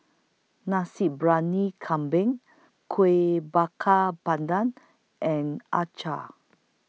Nasi Briyani Kambing Kueh Bakar Pandan and Acar